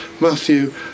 Matthew